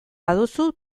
baduzu